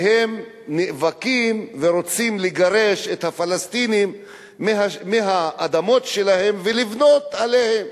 והם נאבקים ורוצים לגרש את הפלסטינים מהאדמות שלהם ולבנות עליהן.